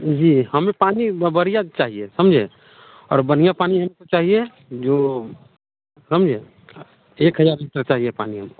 जी हमें पानी बढ़िया चाहिए समझे और बढ़िया पानी चाहिए जो समझे एक हज़ार लीटर चाहिए पानी हमको